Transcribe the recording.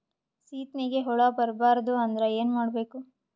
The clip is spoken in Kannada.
ಸೀತ್ನಿಗೆ ಹುಳ ಬರ್ಬಾರ್ದು ಅಂದ್ರ ಏನ್ ಮಾಡಬೇಕು?